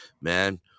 man